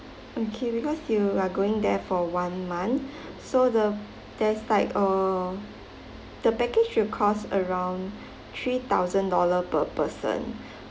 okay because you are going there for one month so the best type err the package should cost around three thousand dollar per person